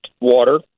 water